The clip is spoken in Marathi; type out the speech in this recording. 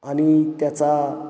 आनि त्याचा